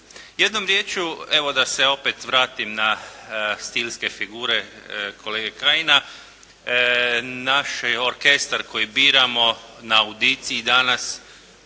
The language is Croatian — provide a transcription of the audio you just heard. Jednom riječju, evo da se opet vratim na stilske figure kolege Kajina, naš orkestar koji biramo na audiciji danas